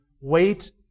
wait